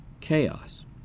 chaos